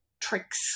tricks